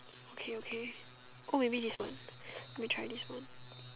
okay okay oh maybe this one let me try this one